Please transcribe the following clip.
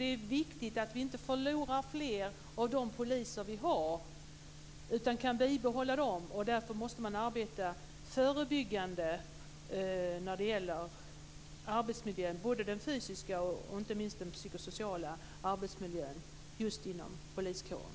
Det är viktig att vi inte förlorar fler av de poliser som finns. Därför måste man arbeta förebyggande när det gäller både den fysiska och den psykosociala arbetsmiljön just inom poliskåren.